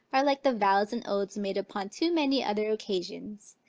are like the vows and oaths made upon too many other occasions,